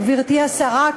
גברתי השרה,